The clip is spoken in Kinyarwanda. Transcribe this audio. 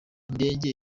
indege